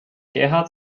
gerhard